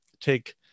take